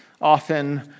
often